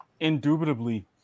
Indubitably